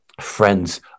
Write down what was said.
friends